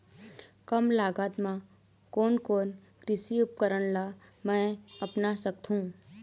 कम लागत मा कोन कोन कृषि उपकरण ला मैं अपना सकथो?